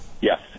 Yes